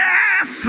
Yes